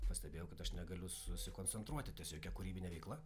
pastebėjau kad aš negaliu susikoncentruoti ties jokia kūrybine veikla